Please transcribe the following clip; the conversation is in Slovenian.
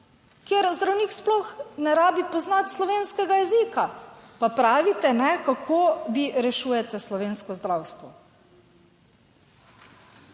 kjer zdravnik sploh ne rabi poznati slovenskega jezika, pa pravite, kako vi rešujete slovensko zdravstvo.